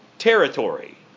territory